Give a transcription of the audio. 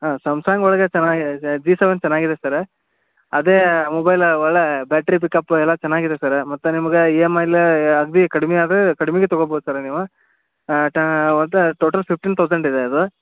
ಹಾಂ ಸಮ್ಸಂಗ್ ಒಳಗೆ ಚೆನ್ನಾಗಿದೆ ಜಿ ಸೆವೆನ್ ಚೆನ್ನಾಗಿದೆ ಸರ ಅದೇ ಮೊಬೈಲ ಒಳ್ಳೆ ಬ್ಯಾಟ್ರಿ ಪಿಕಪ್ ಎಲ್ಲ ಚೆನ್ನಾಗಿದೆ ಸರ ಮತ್ತು ನಿಮ್ಗೆ ಇ ಎಮ್ ಐಲಿ ಅಗದಿ ಕಡ್ಮೆ ಅದು ಕಡ್ಮೆಗೆ ತಗೋಬೋದು ಸರ ನೀವು ಟಾ ಒಟ್ಟು ಟೋಟಲ್ ಫಿಫ್ಟೀನ್ ತೌಸಂಡಿದೆ ಅದು